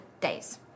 days